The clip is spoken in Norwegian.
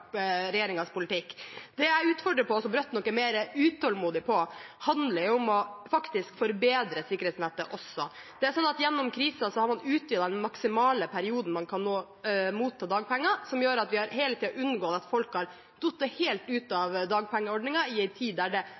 jeg utfordrer på, og som Rødt nok er mer utålmodig på, handler faktisk om å forbedre sikkerhetsnettet også. Gjennom krisen har man utvidet den maksimale perioden man kan motta dagpenger, noe som gjør at man har unngått at folk har falt helt ut av dagpengeordningen i en tid der det